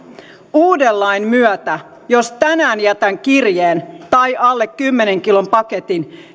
uuden lain myötä jos tänään jätän kirjeen tai alle kymmenen kilon paketin